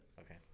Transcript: Okay